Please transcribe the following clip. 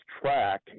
track